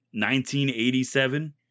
1987